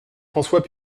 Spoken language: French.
françois